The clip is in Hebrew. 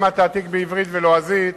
גם התעתיק בעברית ובלועזית